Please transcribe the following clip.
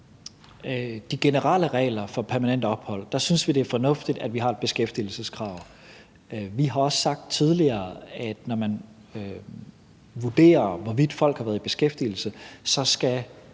de generelle regler for permanent ophold synes vi, det er fornuftigt, at vi har et beskæftigelseskrav. Vi har også sagt tidligere, at når man vurderer, hvorvidt folk har været i beskæftigelse, skal